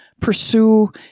pursue